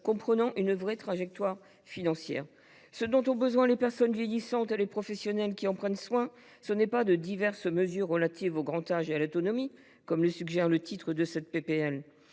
comprenant une véritable trajectoire financière. Ce dont ont besoin les personnes vieillissantes et les professionnels qui en prennent soin, ce n’est pas de « diverses mesures relatives au grand âge et à l’autonomie » comme le suggère le titre de cette